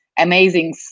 amazing